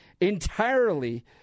entirely